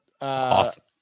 Awesome